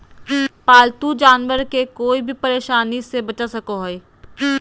पालतू जानवर के कोय भी परेशानी से बचा सको हइ